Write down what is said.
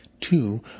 Two